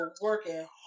working